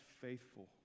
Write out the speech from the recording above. faithful